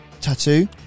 Tattoo